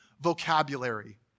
vocabulary